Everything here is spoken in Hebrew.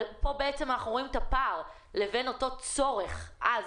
כאן אנחנו רואים את הפער לבין אותו צורך עז